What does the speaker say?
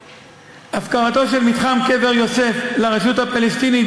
הפקרתו של מתחם קבר יוסף לרשות הפלסטינית